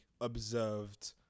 observed